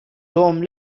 توم